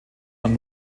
man